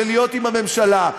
ולהיות עם הממשלה.